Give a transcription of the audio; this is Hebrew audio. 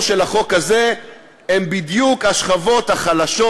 של החוק הזה זה בדיוק השכבות החלשות,